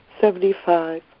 Seventy-five